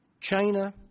China